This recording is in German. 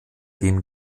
dem